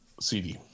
CD